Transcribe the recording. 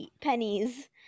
pennies